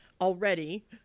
already